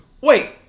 Wait